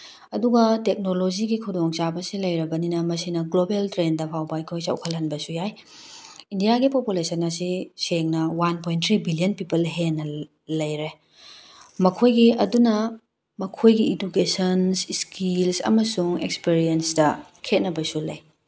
ꯑꯗꯨꯒ ꯇꯦꯛꯅꯣꯂꯣꯖꯤꯒꯤ ꯈꯨꯗꯣꯡꯆꯥꯕꯁꯤ ꯂꯩꯔꯕꯅꯤꯅ ꯃꯁꯤꯅ ꯒ꯭ꯂꯣꯕꯦꯜ ꯇ꯭ꯔꯦꯟꯗ ꯐꯥꯎꯕ ꯑꯩꯈꯣꯏ ꯆꯥꯎꯈꯠꯍꯟꯕꯁꯨ ꯌꯥꯏ ꯏꯟꯗꯤꯌꯥꯒꯤ ꯄꯣꯄꯨꯂꯦꯁꯟ ꯑꯁꯤ ꯁꯦꯡꯅ one point three billion people ꯍꯦꯟꯅ ꯂꯩꯔꯦ ꯃꯈꯣꯏꯒꯤ ꯑꯗꯨꯅ ꯃꯈꯣꯏꯒꯤ ꯏꯗꯨꯀꯦꯁꯟ ꯏꯁꯀꯤꯜꯁ ꯑꯃꯁꯨꯡ ꯑꯦꯛꯁꯄꯔꯤꯌꯦꯟꯁꯇ ꯈꯦꯠꯅꯕꯁꯨ ꯂꯩ